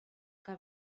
que